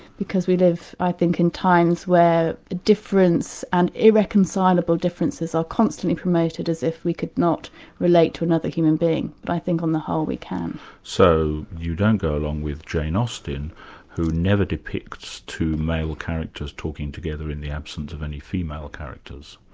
because we live, i think, in times where difference and irreconcilable differences are constantly promoted as if we could not relate to another human being. but i think on the whole, we can. so, you don't go along with jane austen who never depicts two male characters talking together in the absence of any female characters,